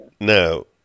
now